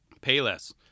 Payless